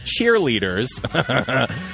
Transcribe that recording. cheerleaders